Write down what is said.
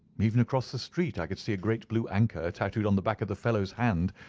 even across the street i could see a great blue anchor tattooed on the back of the fellow's hand.